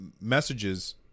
messages